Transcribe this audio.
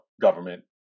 government